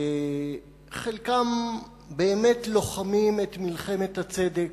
וחלקם באמת לוחמים את מלחמת הצדק,